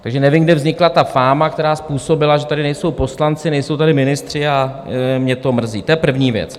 Takže nevím, kde vznikla ta fáma, která způsobila, že tady nejsou poslanci, nejsou tady ministři, a mě to mrzí, to první věc.